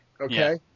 okay